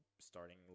starting